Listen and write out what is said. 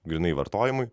grynai vartojimui